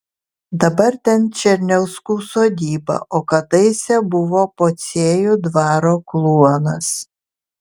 dabar ten černiauskų sodyba o kadaise buvo pociejų dvaro kluonas